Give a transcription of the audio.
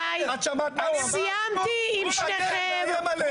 די, סיימתי עם שניכם.